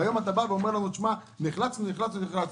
והיום אתה אומר לנו, נחלצנו, נחלצנו, נחלצנו.